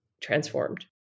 transformed